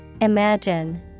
Imagine